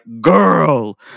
girl